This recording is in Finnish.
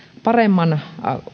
paremman